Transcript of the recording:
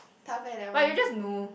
tough leh that one